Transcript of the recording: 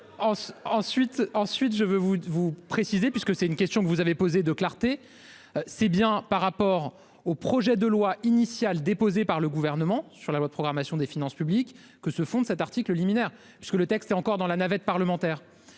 ensuite je veux vous vous préciser puisque c'est une question que vous avez posé de clarté. C'est bien par rapport au projet de loi initial déposé par le gouvernement sur la loi de programmation des finances publiques que se fonde cet article liminaire parce que le texte est encore dans la navette parlementaire.